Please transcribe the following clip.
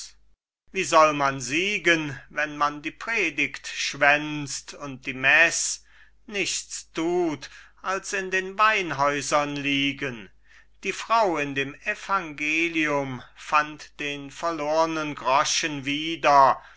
wie soll man siegen wenn man die predigt schwänzt und die meß nichts tut als in den weinhäusern liegen die frau in dem evangelium fand den verlornen groschen wieder